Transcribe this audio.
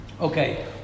okay